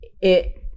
it-